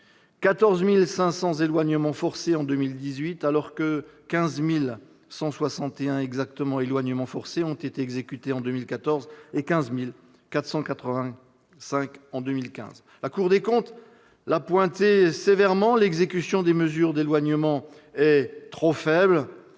14 500 éloignements forcés en 2018, alors que 15 161 exactement ont été exécutés en 2014 et 15 485 en 2015. La Cour des comptes l'a relevé sévèrement : l'exécution des mesures d'éloignement est trop faible.